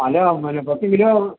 അല്ല പിന്നെ പത്ത് കിലോ